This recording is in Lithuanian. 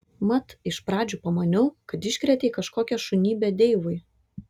mat iš pradžių pamaniau kad iškrėtei kažkokią šunybę deivui